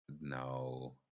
No